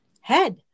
head